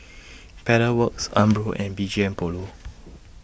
Pedal Works Umbro and B G M Polo